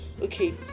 okay